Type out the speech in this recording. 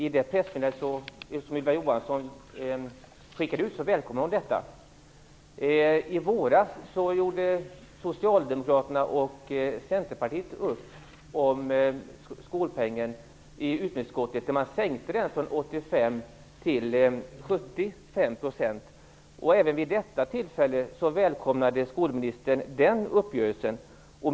I det pressmeddelande som Ylva Johansson skickade ut välkomnar hon detta. I våras gjorde Socialdemokraterna och Centern i utbildningsutskottet upp om skolpengen. Man sänkte den från 85 % till 75 %. Även vid detta tillfälle välkomnade skolministern den uppgörelsen.